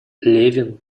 левин